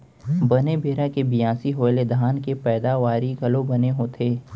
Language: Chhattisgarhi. बने बेरा के बियासी होय ले धान के पैदावारी घलौ बने होथे